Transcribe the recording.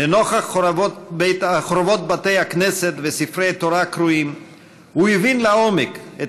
לנוכח חורבות בתי הכנסת וספרי תורה קרועים הוא הבין לעומק את